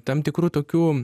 tam tikrų tokių